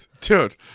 Dude